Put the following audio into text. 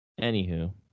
Anywho